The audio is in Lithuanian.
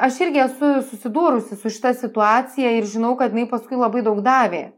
aš irgi esu susidūrusi su šita situacija ir žinau kad jinai paskui labai daug davė